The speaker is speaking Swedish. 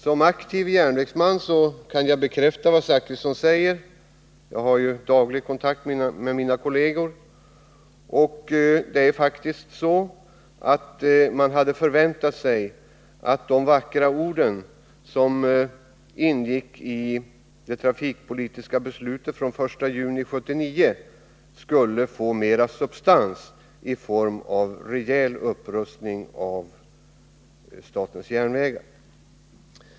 Som aktiv järnvägsman kan jag bekräfta vad Bertil Zachrisson säger — jag har ju daglig kontakt med mina kolleger — och man hade faktiskt förväntat sig att de vackra orden som ingick i det trafikpolitiska beslutet från den 1 juni 1979 skulle få mera substans i form av rejäl upprustning av statens järnvägar.